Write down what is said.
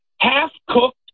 half-cooked